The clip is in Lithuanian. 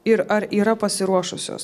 ir ar yra pasiruošusios